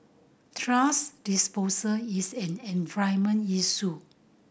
thrash disposal is an issue